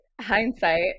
hindsight